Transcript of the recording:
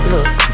Look